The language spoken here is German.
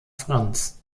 franz